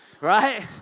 right